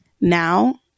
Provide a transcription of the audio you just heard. now